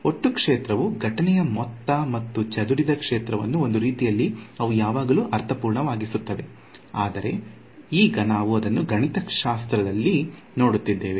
ಒಟ್ಟು ಕ್ಷೇತ್ರವು ಘಟನೆಯ ಮೊತ್ತ ಮತ್ತು ಚದುರಿದ ಕ್ಷೇತ್ರವನ್ನು ಒಂದು ರೀತಿಯಲ್ಲಿ ಅವು ಯಾವಾಗಲೂ ಅರ್ಥಪೂರ್ಣವಾಗಿಸುತ್ತವೆ ಆದರೆ ಈಗ ನಾವು ಅದನ್ನು ಗಣಿತಶಾಸ್ತ್ರದಲ್ಲಿ ನೋಡುತ್ತಿದ್ದೇವೆ